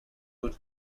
wood